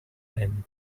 and